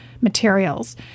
materials